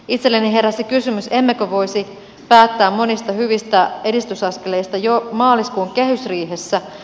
itselleni heräsi kysymys emmekö voisi päättää monista hyvistä edistysaskeleista jo maaliskuun kehysriihessä